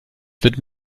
wird